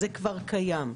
זה כבר קיים.